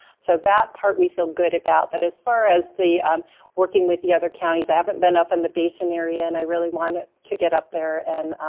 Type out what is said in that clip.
so that part we feel good about, but as far as the working with the other counties, i haven't been up in the basin area, and i really wanted to get up there and,